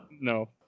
no